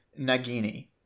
nagini